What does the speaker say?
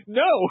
no